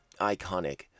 iconic